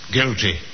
Guilty